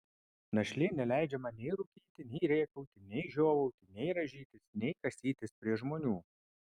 našlė neleidžia man nei rūkyti nei rėkauti nei žiovauti nei rąžytis nei kasytis prie žmonių